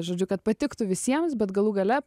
žodžiu kad patiktų visiems bet galų gale